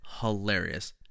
hilarious